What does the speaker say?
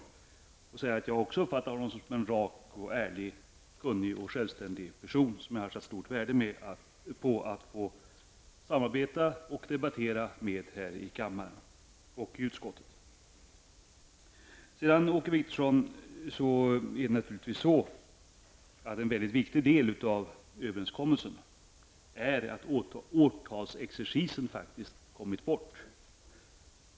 Även jag uppfattar Lennart Pettersson som en rak och ärlig, kunnig och självständig person, och jag har satt stort värde på att få samarbeta och debattera med honom här i kammaren och i utskottet. En väldigt viktig del av överenskommelsen, Åke Wictorsson, är naturligtvis att årtalsexercisen kommit bort.